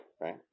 Right